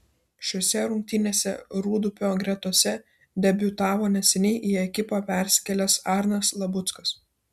šiose rungtynėse rūdupio gretose debiutavo neseniai į ekipą persikėlęs arnas labuckas